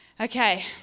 Okay